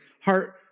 heart